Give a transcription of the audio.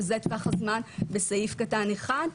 שזה טווח הזמן בסעיף קטן (1),